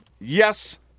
Yes